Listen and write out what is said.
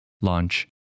launch